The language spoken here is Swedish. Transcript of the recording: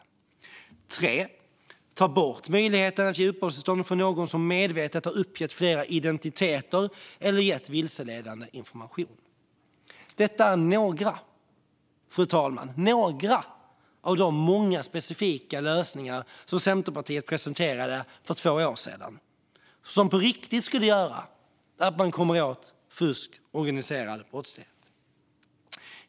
För det tredje: Ta bort möjligheten att ge uppehållstillstånd för någon som medvetet har uppgett flera identiteter eller gett vilseledande information! Detta, fru talman, är några av de många specifika lösningar som Centerpartiet presenterade för två år sedan som på riktigt skulle göra att man kommer åt fusk och organiserad brottslighet.